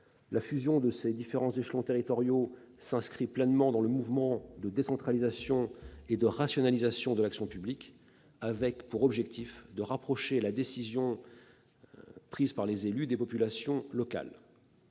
La fusion des différents échelons territoriaux s'inscrit pleinement dans le mouvement de décentralisation et de rationalisation de l'action publique, avec pour objectif de rapprocher la décision prise par les élus des populations locales.